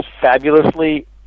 fabulously